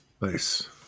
Nice